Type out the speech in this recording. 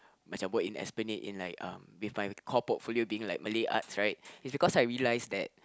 macam work in esplanade in like um with my core portfolio being like Malay arts right it's because I realise that